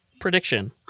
prediction